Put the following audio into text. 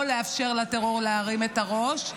ולא לאפשר לטרור להרים את הראש.